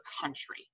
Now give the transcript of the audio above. country